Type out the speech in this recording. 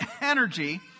energy